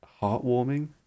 heartwarming